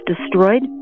destroyed